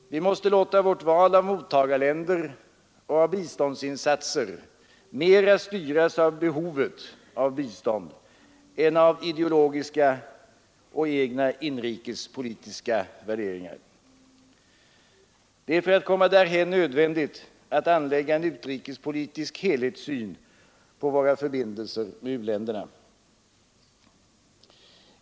Vi måste låta vårt val av mottagarländer och av biståndsinsatser mera styras av behovet av bistånd än av ideologiska och egna inrikespolitiska värderingar. Det är för att komma därhän nödvändigt att anlägga en utrikespolitisk helhetssyn på våra förbindelser med u-länderna.